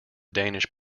danish